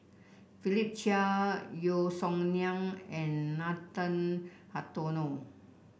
Philip Chia Yeo Song Nian and Nathan Hartono